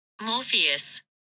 Morpheus